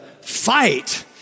fight